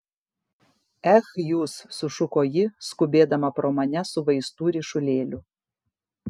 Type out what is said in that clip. ech jūs sušuko ji skubėdama pro mane su vaistų ryšulėliu